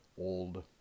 old